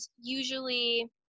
usually